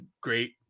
great